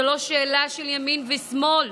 זה לא שאלה של ימין ושמאל.